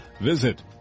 Visit